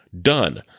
done